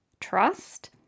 trust